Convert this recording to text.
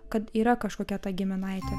kad yra kažkokia ta giminaitė